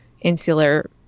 insular